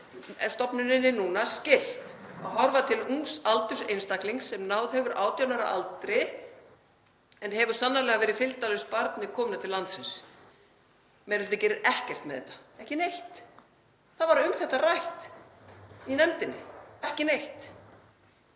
væri stofnuninni núna skylt að horfa til ungs aldurs einstaklings sem náð hefur 18 ára aldri en hefur sannanlega verið fylgdarlaust barn við komuna til landsins. Meiri hlutinn gerir ekkert með þetta, ekki neitt. Það var um þetta rætt í nefndinni. Ekki neitt.